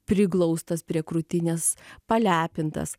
priglaustas prie krūtinės palepintas